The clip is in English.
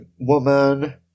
woman